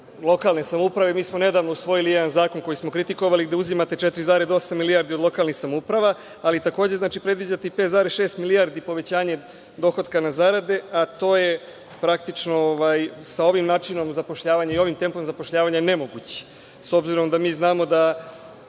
lokalne samouprave. Mi smo nedavno usvojili jedan zakon koji smo kritikovali, gde uzimate 4,8 milijardi od lokalnih samouprava, ali takođe predviđate i 5,6 milijardi povećanja dohotka na zarade, a to je praktično sa ovim načinom zapošljavanja i ovim tempom zapošljavanja nemoguće, s obzirom da mi znamo da